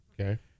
Okay